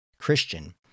Christian